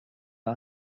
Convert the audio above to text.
pas